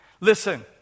Listen